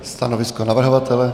Stanovisko navrhovatele?